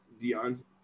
Dion